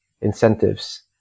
incentives